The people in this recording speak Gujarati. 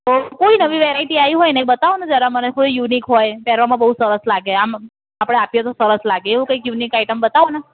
તો કોઈ નવી વેરાઇટી આવી હોય ને એ બતાવો ને જરા મને કોઈ યુનિક હોય પહેરવામાં બહુ સરસ લાગે આમ આપણે આપીએ તો સરસ લાગે એવું કંઈક યુનિક આઈટમ બતાવો ને